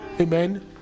Amen